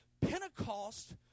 Pentecost